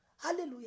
Hallelujah